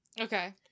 Okay